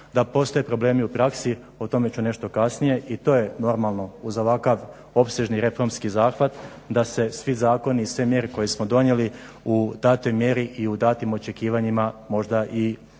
Da postoje problemi u praksi o tome ću nešto kasnije i to je normalno uz ovakav opsežni reformski zahvat da se svi zakoni i sve mjere koje smo donijeli u datoj mjeri i u datim očekivanjima možda i ne